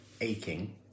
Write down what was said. aching